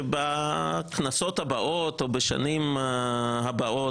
שבכנסות הבאות או בשנים הבאות,